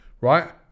right